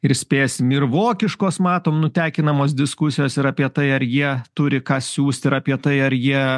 ir spėsim ir vokiškos matom nutekinamos diskusijos ir apie tai ar jie turi ką siųst ir apie tai ar jie